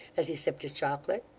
as he sipped his chocolate,